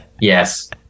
Yes